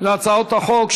להצעות החוק.